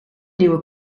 nieuwe